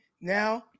now